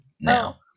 now